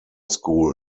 school